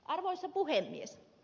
arvoisa puhemies